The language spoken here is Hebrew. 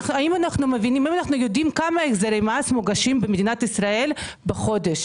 האם אנחנו יודעים כמה החזרי מס מוגשים במדינת ישראל בחודש?